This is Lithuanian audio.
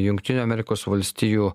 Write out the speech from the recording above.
jungtinių amerikos valstijų